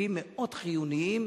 מסעיפים מאוד חיוניים